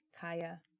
Kaya